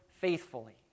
faithfully